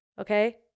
Okay